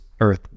earth